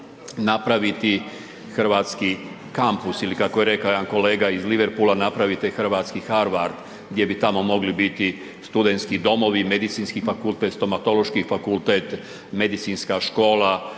napraviti hrvatski kampus ili kako je rekao jedan kolega iz Liverpoola, napravite hrvatski Harvard gdje bi tamo mogli biti studentski domovi, Medicinski fakultet, Stomatološki fakultet, Medicinska škola,